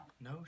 no